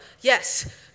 yes